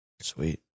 Sweet